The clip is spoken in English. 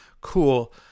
Cool